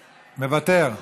מוותר,